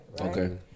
Okay